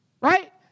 Right